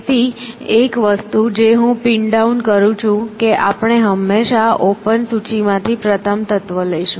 તેથી એક વસ્તુ જે હું પિન ડાઉન કરું છું કે આપણે હંમેશાં ઓપન સૂચિમાંથી પ્રથમ તત્વ લઈશું